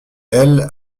elle